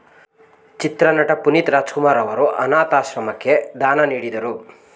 ಚಿತ್ರನಟ ಪುನೀತ್ ರಾಜಕುಮಾರ್ ಅವರು ಅನಾಥಾಶ್ರಮಕ್ಕೆ ದಾನ ನೀಡಿದರು